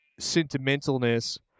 sentimentalness